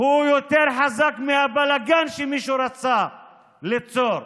יותר חזק מהבלגן שמישהו רצה ליצור.